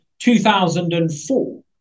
2004